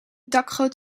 dakgoot